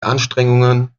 anstrengungen